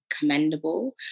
commendable